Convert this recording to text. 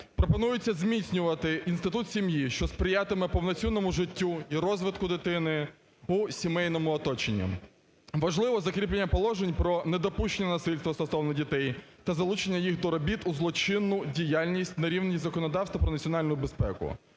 Пропонується зміцнювати інститут сім'ї, що сприятиме повноцінному життю і розвитку дитини у сімейному оточенні. Важливо закріплення положень про недопущення насильства стосовно дітей та залучення їх до робіт у злочинну діяльність на рівні законодавства про національну безпеку.